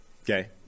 Okay